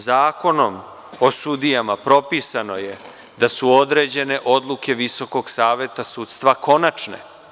Zakonom o sudijama propisano je da su određene odluke Visokog saveta sudstva konačne.